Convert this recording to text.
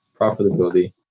profitability